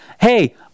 hey